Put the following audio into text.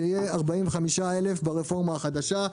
שיהיו 45,000 ברפורמה החדשה.